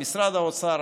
למשרד האוצר,